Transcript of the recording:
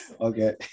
Okay